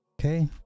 Okay